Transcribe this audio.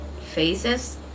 faces